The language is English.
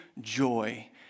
joy